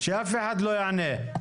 שאף אחד לא יענה.